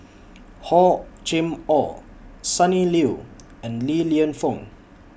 Hor Chim Or Sonny Liew and Li Lienfung